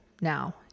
now